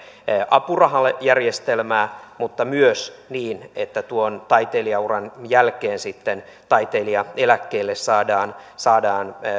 apurahalle järjestelmää mutta myös niin että tuon taiteilijauran jälkeen sitten taiteilijaeläkkeelle saadaan saadaan